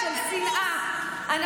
על אחרים.